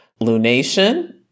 lunation